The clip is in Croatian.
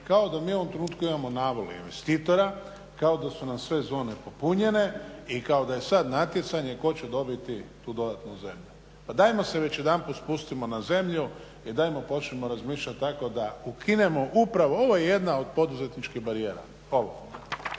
kao da mi u ovom trenutku imamo navalu investitora, kao da su nam sve zone popunjene i kao da je sad natjecanje tko će dobiti tu dodatnu zemlju. Pa dajmo se već jedanput spustimo na zemlju i dajmo počnimo razmišljati tako da ukinemo upravo, ovo je jedna od poduzetničkih barijera, ovo,